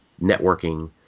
networking